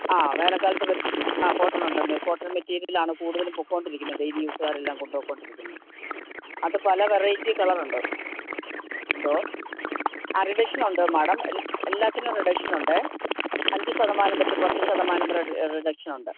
ആ വേനൽക്കാലത്ത് ആ കോട്ടണുണ്ടെന്നെ കോട്ടൺ മെറ്റീരിയലാണ് കൂടുതലും പൊക്കോണ്ടിരിക്കുന്നത് ഡെയ്ലി യൂസ്കാരെല്ലാം കൊണ്ടുപോയിക്കൊണ്ടിരിക്കുന്നത് അത് പല വെറൈറ്റി കളറ് ഉണ്ട് എന്തോ ആ റിഡക്ഷനുണ്ട് മാഡം എല്ലാത്തിനും റിഡക്ഷനൊണ്ടേ അഞ്ച് ശതമാനം തൊട്ട് പത്ത് ശതമാനം വരെ റിഡക്ഷനുണ്ട്